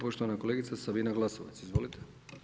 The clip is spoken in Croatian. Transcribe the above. Poštovana kolegica Sabina Glasovac, izvolite.